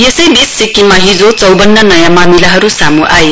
यसैबिच सिक्किममा हिजो चौवन्न नयाँ मामिलाहरु सामू आए